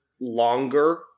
longer